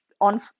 on